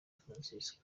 francisco